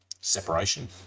separation